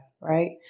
right